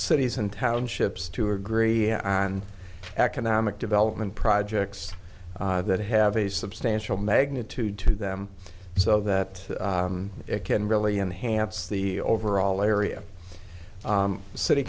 cities and townships to agree on economic development projects that have a substantial magnitude to them so that it can really enhance the overall area the city